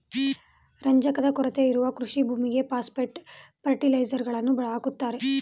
ರಂಜಕದ ಕೊರತೆ ಇರುವ ಕೃಷಿ ಭೂಮಿಗೆ ಪಾಸ್ಪೆಟ್ ಫರ್ಟಿಲೈಸರ್ಸ್ ಗಳನ್ನು ಹಾಕುತ್ತಾರೆ